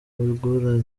ugura